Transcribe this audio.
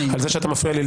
אבל אתה --- מזמנך.